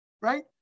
right